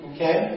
Okay